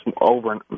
over